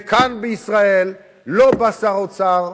וכאן בישראל לא בא שר אוצר,